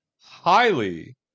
highly